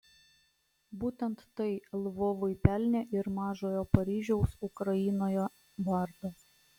būtent tai lvovui pelnė ir mažojo paryžiaus ukrainoje vardą